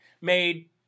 made